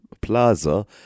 Plaza